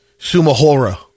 Sumahora